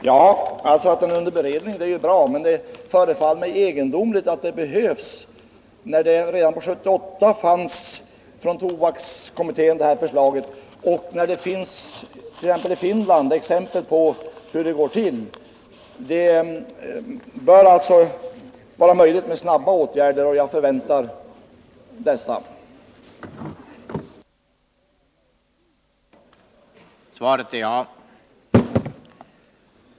Herr talman! Att frågan är under beredning är bra, men det förefaller mig egendomligt att det behövs, eftersom tobakskommitténs förslag förelåg redan 1978 och man från Finland har exempel på hur det går till. Det bör alltså vara möjligt med snabba åtgärder, och jag förväntar mig sådana.